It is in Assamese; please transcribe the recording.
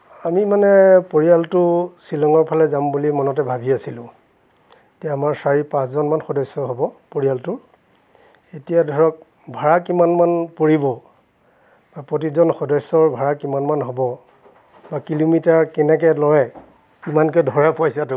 আমি মানে পৰিয়ালটো ছিলঙৰ ফালে যাম বুলি মনতে ভাবি আছিলো এতিয়া আমাৰ চাৰি পাঁচ জনমান সদস্য হ'ব পৰিয়ালটোৰ এতিয়া ধৰক ভাড়া কিমানমান পৰিব প্ৰতিজন সদস্যৰ ভাড়া কিমানমান হ'ব বা কিলোমিটাৰ কেনেকৈ লয় কিমানকৈ ধৰে পইচাটো